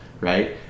right